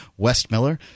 Westmiller